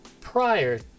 prior